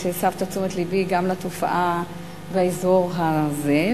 על שהסבת תשומת לבי גם לתופעה באזור הזה.